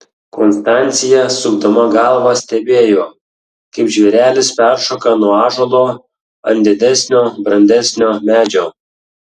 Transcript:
konstancija sukdama galvą stebėjo kaip žvėrelis peršoka nuo ąžuolo ant didesnio brandesnio medžio